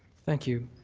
thank you.